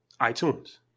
iTunes